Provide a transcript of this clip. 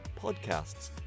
podcasts